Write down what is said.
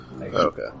Okay